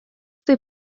taip